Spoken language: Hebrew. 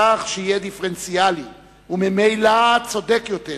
כך שיהיה דיפרנציאלי, וממילא צודק יותר,